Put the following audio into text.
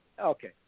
okay